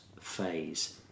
phase